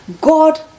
god